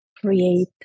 create